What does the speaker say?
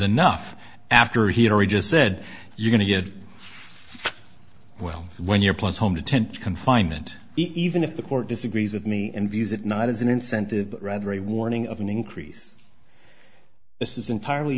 enough after hillary just said you're going to get well when you're plus home detention confinement even if the court disagrees with me and views it not as an incentive rather a warning of an increase this is entirely